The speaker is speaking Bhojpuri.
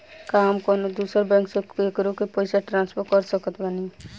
का हम कउनों दूसर बैंक से केकरों के पइसा ट्रांसफर कर सकत बानी?